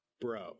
Bro